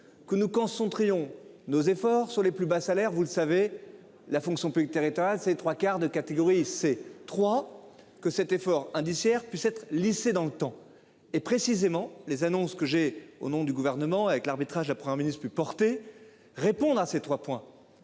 Que nous concentrions nos efforts sur les plus bas salaires. Vous le savez la fonction publique territoriale, c'est trois quarts de catégorie C trois que cet effort indiciaire puisse être lissée dans le temps et précisément les annonces que j'ai au nom du gouvernement avec l'arbitrage après un ministre est plus porté répondre à ces 3 points.